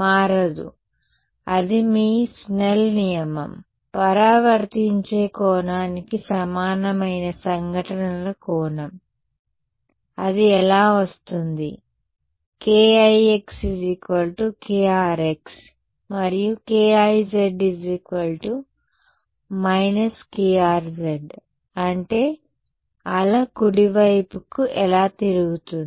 మారదు అది మీ స్నెల్ నియమం పరావర్తించే కోణానికి సమానమైన సంఘటనల కోణం అది ఎలా వస్తుంది kix krx మరియు kiz krz అంటే అల కుడివైపుకి ఎలా తిరుగుతుంది